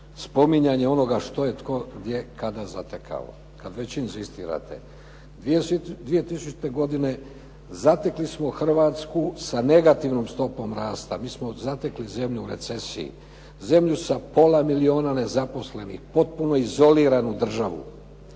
spominjanje onoga što je tko gdje kada zatekao, kada već inzistirate. 2000. godine zatekli smo Hrvatsku sa negativnom stopom rasta. Mi smo zatekli zemlju u recesiji. Zemlju sa pola milijuna nezaposlenih, potpuno izoliranu državu.